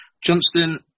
Johnston